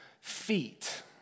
feet